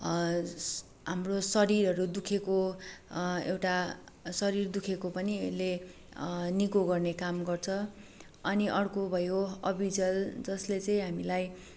हाम्रो शरीरहरू दुखेको एउटा शरीर दुखेको पनि यसले निको गर्ने काम गर्छ अनि अर्को भयो अबिजाल जसले चाहिँ हामीलाई